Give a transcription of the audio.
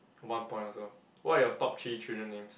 one point also what are your top three children names